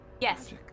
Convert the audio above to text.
Yes